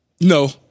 no